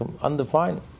undefined